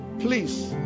please